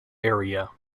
area